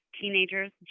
teenagers